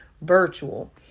virtual